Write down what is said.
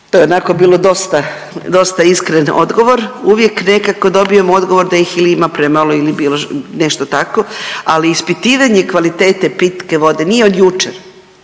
To je onako bilo dosta, dosta iskren odgovor uvijek nekako dobijem odgovor da ih ili ima premalo ili bilo nešto tako, ali ispitivanje kvalitete pitke vode nije od jučer.